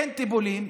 אין טיפולים,